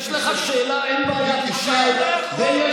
יש לך שאלה, אין בעיה, תשאל בישיבה.